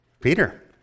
Peter